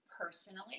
personally